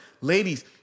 Ladies